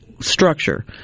structure